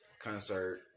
concert